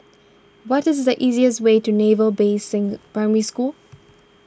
what is the easiest way to Naval Basing Primary School